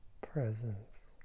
Presence